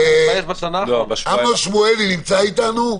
אמנון שמואלי נמצא איתנו?